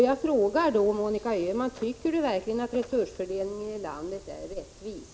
Jag frågar därför: Tycker Monica Öhman verkligen att resursfördelningen i landet är rättvis?